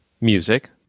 Music